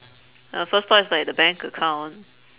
uh first thought like the bank account